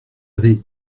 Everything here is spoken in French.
avait